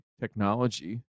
technology